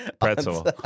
Pretzel